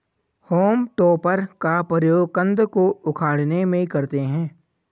home टॉपर का प्रयोग कन्द को उखाड़ने में करते हैं